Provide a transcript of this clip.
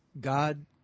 God